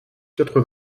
quatre